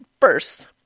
First